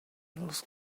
los